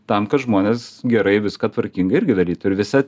tam kad žmonės gerai viską tvarkingai irgi darytų ir visa